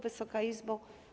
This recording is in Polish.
Wysoka Izbo!